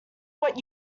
what